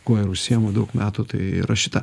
kuo ir užsiėmu daug metų tai yra šita